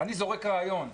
אני זורק רעיון.